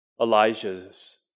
Elijah's